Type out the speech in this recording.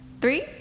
Three